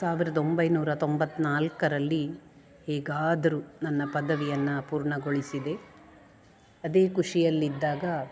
ಸಾವಿರದ ಒಂಬೈನೂರ ತೊಂಬತ್ನಾಲ್ಕರಲ್ಲಿ ಹೇಗಾದರು ನನ್ನ ಪದವಿಯನ್ನು ಪೂರ್ಣಗೊಳಿಸಿದೆ ಅದೇ ಖುಷಿಯಲ್ಲಿದ್ದಾಗ